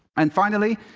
and finally,